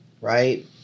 Right